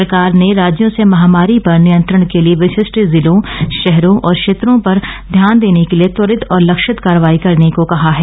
सरकार ने राज्यों से महामारी पर नियंत्रण के लिए विशिष्ट जिलों शहरों और क्षेत्रों पर ध्यान देने के लिए त्वरित और लक्षित कार्रवाई करने को कहा है